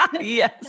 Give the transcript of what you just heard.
yes